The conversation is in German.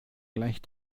gleich